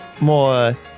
more